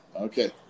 Okay